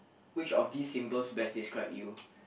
which of these symbols best describe you